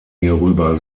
hierüber